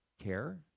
care